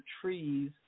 trees